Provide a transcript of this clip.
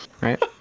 right